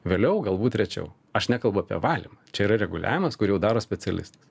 vėliau galbūt rečiau aš nekalbu apie valymą čia yra reguliavimas kur jau daro specialistas